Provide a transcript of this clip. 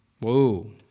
Whoa